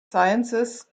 sciences